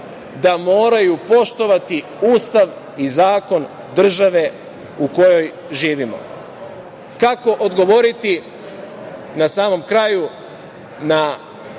da moraju poštovati Ustav i zakon države u kojoj živimo. Kako odgovoriti na samom kraju na